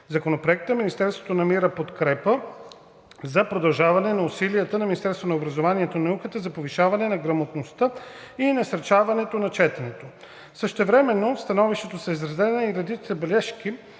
Законопроекта Министерството намира подкрепа за продължаване на усилията на Министерството на образованието и науката за повишаване на грамотността и насърчаване на четенето. Същевременно в становището са изразени и редица бележки,